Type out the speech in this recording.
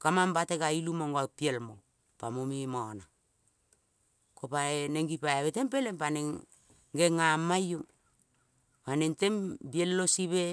ka mang bale ka liu mongo piel mo pamo memo nang. Ko pae neng ngi poibwe teng peleng, pa neng ngengea ma iong. Pa neng teng bielo sabebe